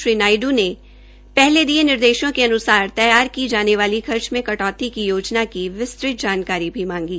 श्री नायडू ने पहले दिये निर्देशों के अुनुसार तैयार की जाने वाली खर्च में कटौती की योजना की विस्तृत जानकारी भी मांगी